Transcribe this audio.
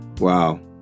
Wow